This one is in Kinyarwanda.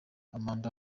amanda